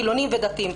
חילוניים ודתיים,